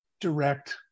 direct